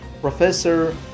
Professor